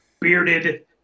bearded